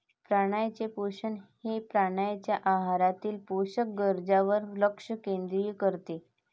प्राण्यांचे पोषण हे प्राण्यांच्या आहारातील पोषक गरजांवर लक्ष केंद्रित करते